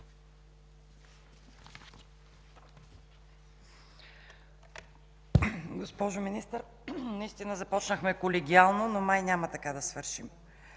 Госпожо министър, наистина започнахме колегиално, но май няма така да свършим